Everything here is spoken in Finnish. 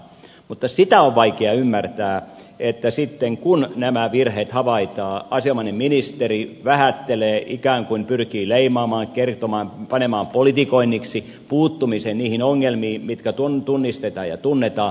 mutta sitä on vaikea ymmärtää että sitten kun nämä virheet havaitaan asianomainen ministeri vähättelee ikään kuin pyrkii leimaamaan panemaan politikoinniksi puuttumisen niihin ongelmiin mitkä tunnistetaan ja tunnetaan